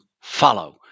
follow